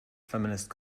feminist